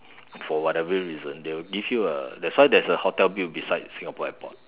for whatever reason they will give you a that's why there's a hotel built beside Singapore airport